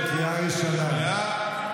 שנייה,